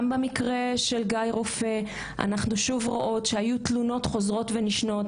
גם במקרה של גיא רופא אנחנו שוב רואות שהיו תלונות חוזרות ונשנות,